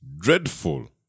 dreadful